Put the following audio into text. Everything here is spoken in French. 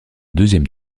deuxième